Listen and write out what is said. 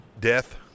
death